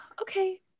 okay